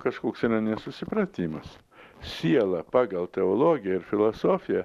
kažkoks nesusipratimas siela pagal teologiją ir filosofiją